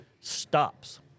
Stops